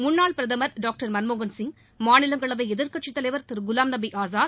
முன்னாள் பிரதமர் டாக்டர் மன்மோகன் சிங் மாநிலங்களவை எதிர்க்கட்சித் தலைவர் திரு குலாம்நபி ஆசாத்